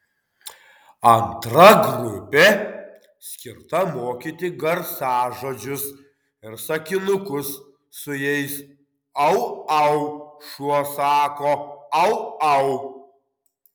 antra grupė skirta mokyti garsažodžius ir sakinukus su jais au au šuo sako au au